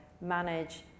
manage